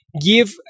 give